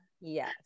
Yes